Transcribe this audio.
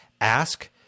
ask